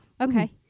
okay